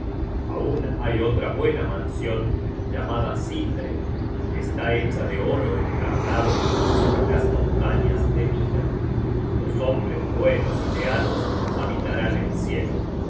aun hay otra buena mansion llamada sindre está hecha de oro encarnado sobre las montañas de nida los hombres buenos y leales habitarán el cielo